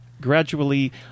gradually